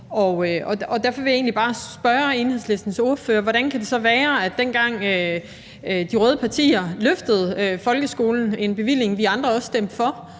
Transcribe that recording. Derfor vil jeg egentlig bare spørge Enhedslistens ordfører, hvordan det så kan være, at man, dengang de røde partier løftede folkeskolen – en bevilling, vi andre også stemte for